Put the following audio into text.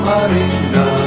Marina